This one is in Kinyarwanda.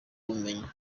ubumenyi